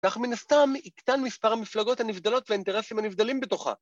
כך הסתם יקטן מספר המפלגות ‫הנבדלות והאינטרסים הנבדלים בתוכה.